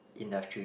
industry